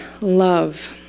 love